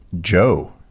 joe